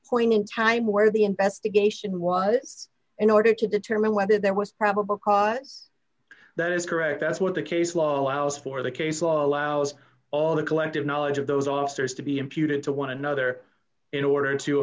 point in time where the investigation was in order to determine whether there was probable cause that is correct that's what the case law allows for the case law allows all the collective knowledge of those officers to be imputed to one another in order to